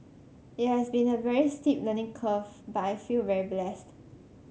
it has been a very steep learning curve but I feel very blessed